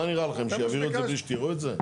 מה נראה לכם, שיעבירו את זה בלי שתראו את זה?